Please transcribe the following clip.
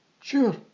Sure